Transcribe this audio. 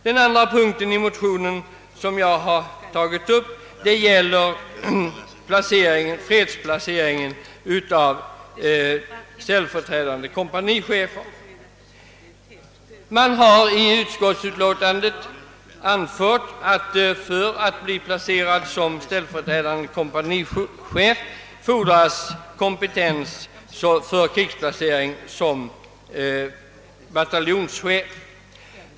Den andra punkten jag tagit upp i motionen gäller fredsplaceringen av ställföreträdande kompanichefer. I utskottsutlåtandet anförs att det för fredsplacering som ställföreträdande kompanichef fordras kompetens för krigsplacering som bataljonschef.